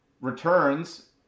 returns